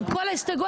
עם כל ההסתייגויות,